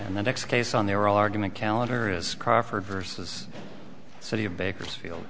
and the next case on their argument calendar is crawford versus city of bakersfield